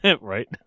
Right